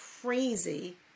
crazy